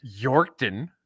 Yorkton